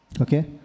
Okay